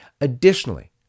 Additionally